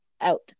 out